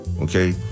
Okay